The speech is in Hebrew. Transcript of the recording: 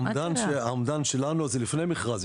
האומדן שלנו זה לפני מכרז.